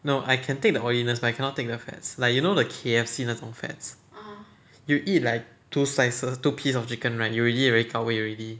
no I can take the oiliness but I cannot take the fats like you know the K_F_C 那种 fats are you eat like two slices two piece of chicken right you already very gao wei already